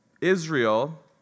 Israel